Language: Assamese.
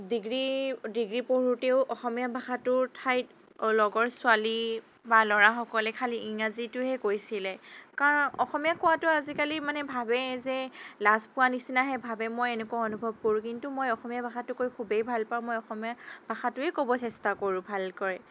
ডিগ্ৰি ডিগ্ৰি পঢ়োতেওঁ অসমীয়া ভাষাটোৰ ঠাইত লগৰ ছোৱালী বা ল'ৰাসকলে খালি ইংৰাজীটোহে কৈছিলে কাৰণ অসমীয়া কোৱাটো আজিকালি মানে ভাৱে যে লাজ পোৱা নিচিনাহে ভাৱে মই এনেকুৱা অনুভৱ কৰোঁ কিন্তু মই অসমীয়া ভাষাটো কৈ খুবেই ভালপাওঁ মই অসমীয়া ভাষাটোৱেই ক'ব চেষ্টা কৰোঁ ভালকৈ